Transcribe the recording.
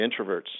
introverts